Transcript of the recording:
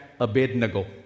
Abednego